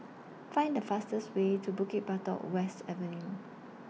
Find The fastest Way to Bukit Batok West Avenue